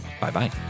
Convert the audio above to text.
Bye-bye